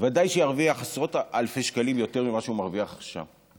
ודאי שירוויח עשרות אלפי שקלים יותר ממה שהוא מרוויח עכשיו.